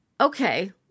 okay